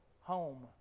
home